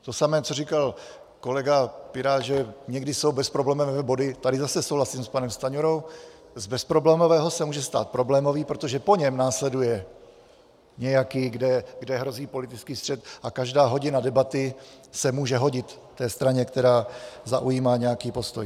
To samé, co říkal kolega pirát, že někdy jsou bezproblémové body, tady zase souhlasím s panem Stanjurou, z bezproblémového se může stát problémový, protože po něm následuje nějaký, kde hrozí politický střet, a každá hodina debaty se může hodit straně, která zaujímá nějaký postoj.